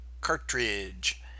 cartridge